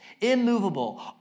immovable